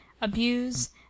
abuse